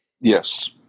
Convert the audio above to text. Yes